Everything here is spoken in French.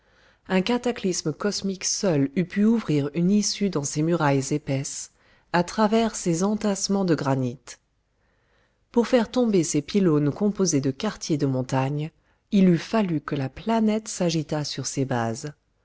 un cataclysme cosmique seul eût pu ouvrir une issue dans ces murailles épaisses à travers ces entassements de grès dur pour faire tomber ces pylônes composés de quartiers de montagnes il eût fallu que la planète s'agitât sur ses bases